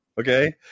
Okay